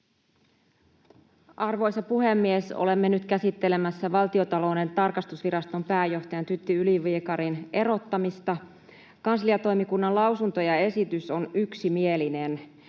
Arvoisa puhemies! Olemme nyt käsittelemässä Valtiontalouden tarkastusviraston pääjohtajan Tytti Yli-Viikarin erottamista. Kansliatoimikunnan lausunto ja esitys on yksimielinen: